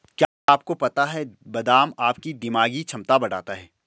क्या आपको पता है बादाम आपकी दिमागी क्षमता बढ़ाता है?